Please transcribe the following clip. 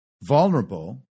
vulnerable